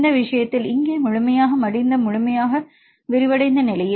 இந்த விஷயத்தில் இங்கே முழுமையாக மடிந்த முழுமையாக விரிவடைந்த நிலையில்